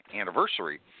anniversary